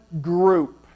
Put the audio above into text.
group